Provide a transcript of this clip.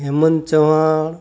Hemant Chauhan